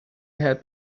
had